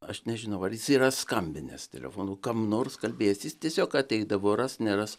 aš nežinau ar jis yra skambinęs telefonu kam nors kalbėjęs jis tiesiog ateidavo ras neras